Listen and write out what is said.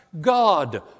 God